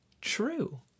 true